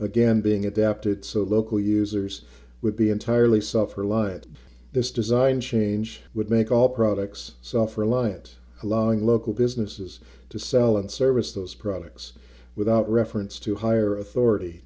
again being adapted so local users would be entirely suffer live this design change would make all products suffer alliance allowing local businesses to sell and service those products without reference to higher authority